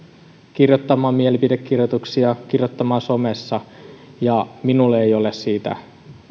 kirjoittamaan mielipidekirjoituksia kirjoittamaan somessa eikä minulle ole siitä